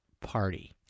party